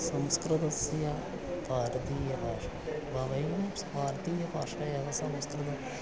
संस्कृतस्य भारतीया भाषा वा वयं भारतीया भाषा एव संस्कृतम्